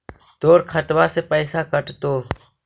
तोर खतबा से पैसा कटतो?